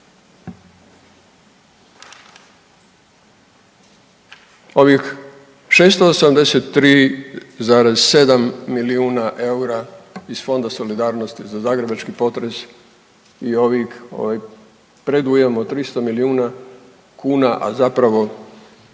ovih 683,7 milijuna eura iz Fonda solidarnosti za zagrebački potres i ovih, ovaj predujam od 300 milijuna kuna, a zapravo,